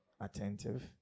attentive